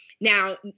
Now